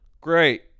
Great